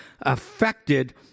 affected